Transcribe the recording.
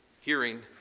Hearing